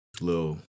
little